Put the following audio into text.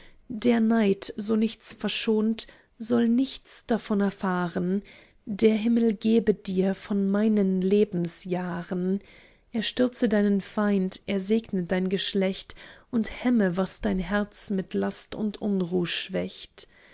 der neid so nichts verschont soll nichts davon erfahren der himmel gebe dir von meinen lebensjahren er stürze deinen feind er segne dein geschlecht und hemme was dein herz mit last und unruh schwächt